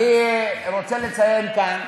אני רוצה לציין כאן